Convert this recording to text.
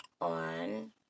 on